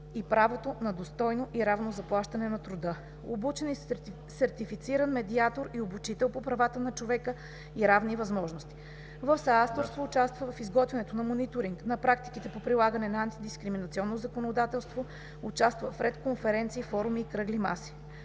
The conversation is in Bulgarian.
и правото на достойно и равно заплащане на труда. Обучен и сертифициран медиатор и обучител по права на човека и равни възможности. В съавторство участва в изготвянето на Мониторинг на практиките по прилагането на антидискриминационното законодателство, участва в ред конференции, форуми и кръгли маси.